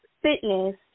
fitness